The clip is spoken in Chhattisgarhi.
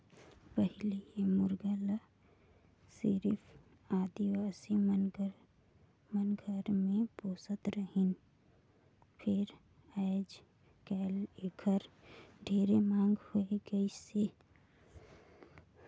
पहिले ए मुरगा ल सिरिफ आदिवासी मन घर मे पोसत रहिन फेर आयज कायल एखर ढेरे मांग होय गइसे